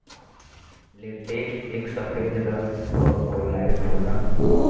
latex एक सफेद रंग क कोलाइड होला